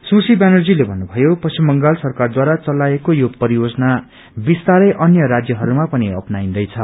सुश्री ब्यानर्जीले भन्नुभयो पश्चिम बंगाल सरकारद्वारा चलाइएको यो परियोजना विस्तारै अन्य राज्यहरूमा पनि अप्नाइन्दैछ